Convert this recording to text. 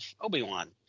Obi-Wan